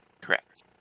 Correct